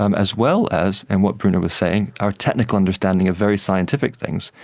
um as well as, and what bruner was saying, our technical understanding of very scientific things,